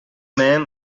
men